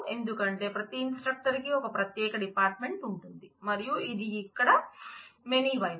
ఎందుకంటే ప్రతి ఇన్స్ట్రక్టర్ కి ఒక ప్రత్యేక డిపార్ట్మెంట్ ఉంటుంది మరియు ఇది ఇక్కడ మెనీ వైపు